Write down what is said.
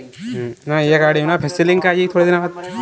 फसल को कीड़ों से बचाने के लिए क्या करें?